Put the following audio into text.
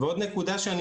עוד נקודה שאני